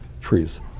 trees